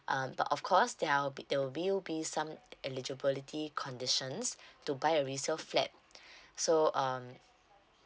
um but of course there are there will be will be some eligibility conditions to buy a resale flat so um